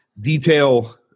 detail